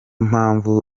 mpamvu